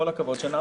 עם כל הכבוד.